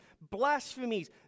blasphemies